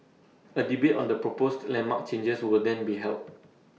A debate on the proposed landmark changes will then be held